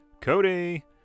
Cody